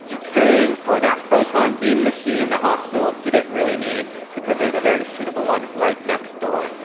paying for that proton beam machine the hospital didn't really need because there's a very suitable one right next door,